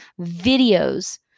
videos